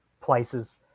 places